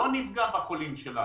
לא נפגע בחולים שלנו.